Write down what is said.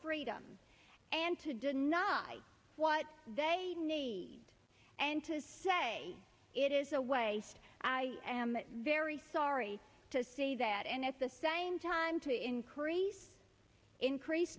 freedom and to deny what they need and to say it is a waste i am very sorry to say that and at the same time to increase increase